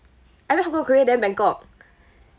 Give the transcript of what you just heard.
I went hong-kong korea then bangkok